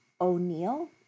O'Neill